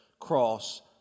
cross